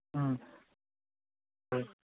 ꯎꯝ ꯍꯣꯏ